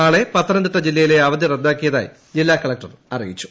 നാളെ പത്തനംതിട്ട ജില്ലയിലെ അവധി റദ്ധാക്കിയതായി ജില്ലാകളക്ടർ അറിയിച്ചു